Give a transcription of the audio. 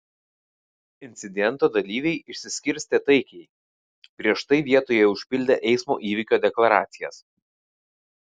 incidento dalyviai išsiskirstė taikiai prieš tai vietoje užpildę eismo įvykio deklaracijas